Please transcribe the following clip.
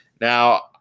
Now